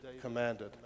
commanded